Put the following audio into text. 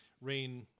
rain